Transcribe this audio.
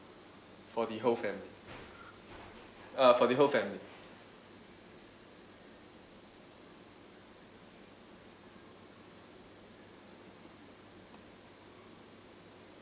for the whole family uh for the whole family